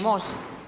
Može.